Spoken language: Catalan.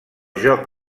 joc